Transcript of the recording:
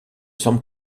semble